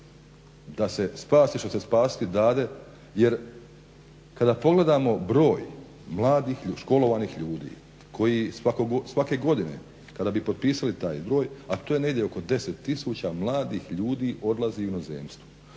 da se spasi što se spasiti dade. Jer kada pogledamo broj mladih, školovanih ljudi koji svake godine kada bi potpisali taj broj, a to je negdje oko 10 000 mladih ljudi odlazi u inozemstvo.